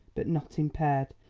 but not impaired,